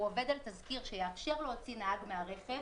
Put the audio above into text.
הוא עובד על תזכיר שיאפשר להוציא נהג מהרכב.